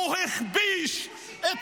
הוא הכפיש -- הוא שיקר.